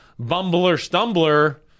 bumbler-stumbler